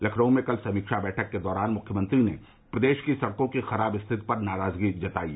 लखनऊ में कल समीक्षा बैठक के दौरान मुख्यमंत्री ने प्रदेश में सड़कों की खराब स्थिति पर नाराजगी जतायी